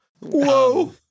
Whoa